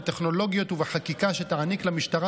בטכנולוגיות ובחקיקה שתעניק למשטרה